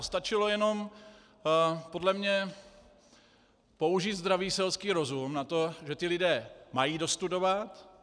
Stačilo jenom podle mě použít zdravý selský rozum na to, že ti lidé mají dostudovat.